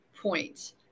point